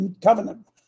covenant